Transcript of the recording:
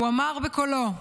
הוא אמר בקולו: